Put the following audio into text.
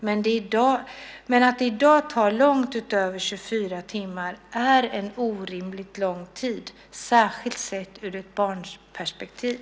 Men i dag tar det långt över 24 timmar och det är en orimligt lång tid - särskilt sett i ett barns perspektiv.